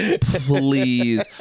Please